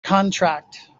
contract